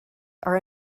are